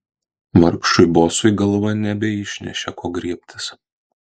vargšui bosui galva nebeišnešė ko griebtis